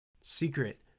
Secret